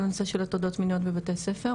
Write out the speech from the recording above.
כל הנושא של הטרדות מיניות בבתי ספר,